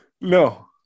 No